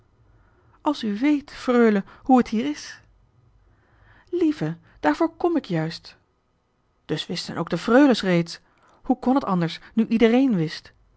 als u weet freule hoe het hier is lieve daarvoor kom ik juist dus wisten ook de freules reeds hoe kon het anders nu iederéén wist